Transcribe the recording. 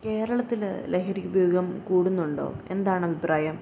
കേരളത്തിൽ ലഹരി ഉപയോഗം കൂടുന്നുണ്ടൊ എന്താണ് അഭിപ്രായം